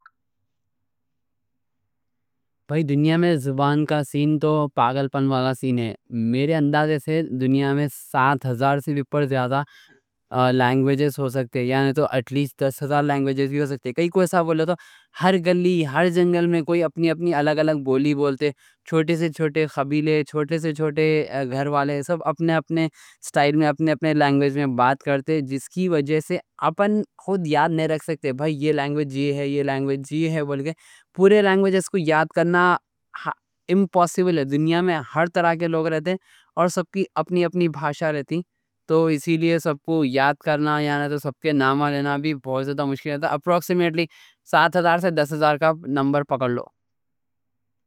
بھائی، دنیا میں زبان کا سین تو پاگلپن والا سین ہے۔ میرے اندازے سے دنیا میں سات ہزار سے بھی زیادہ لینگویجز ہو سکتے، یعنی اٹ لیسٹ دس ہزار لینگویجز بھی ہو سکتے۔ کئی کوئی صاحب بولتا، ہر گلی ہر جنگل میں کوئی اپنی اپنی الگ الگ بولی بولتے۔ چھوٹے سے چھوٹے قبیلے، چھوٹے سے چھوٹے گھر والے، سب اپنے اپنے سٹائل میں اپنے اپنے لینگویجز میں بات کرتے۔ جس کی وجہ سے اپن خود یاد نہیں رکھ سکتے۔ بھائی یہ لینگویج یہ ہے، یہ لینگویج یہ ہے، بول گئے۔ پورے لینگویجز کو یاد کرنا امپوسیبل ہے۔ دنیا میں ہر طرح کے لوگ رہتے، اور سب کی اپنی اپنی بھاشا رہتی۔ تو اسی لیے سب کو یاد کرنا، یعنی سب کے نام لینا بھی بہت زیادہ مشکل ہے۔ اپروکسیمیٹلی سات ہزار سے دس ہزار کا نمبر پکڑ لو۔